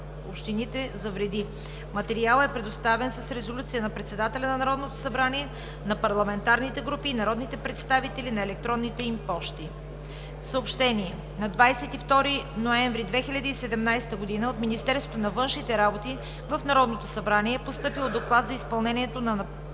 общините за вреди. Материалът е предоставен с резолюция на Председателя на Народното събрание на парламентарните групи и народните представители на електронните им пощи. На 22 ноември 2017 г. от Министерството на външните работи в Народното събрание и постъпил Доклад за изпълнението на Програмния